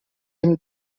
him